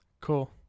cool